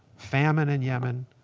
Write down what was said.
famine in yemen.